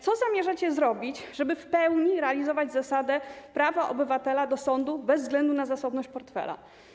Co zamierzacie zrobić, żeby w pełni zrealizować zasadę prawa obywatela do sądu bez względu na zasobność jego portfela?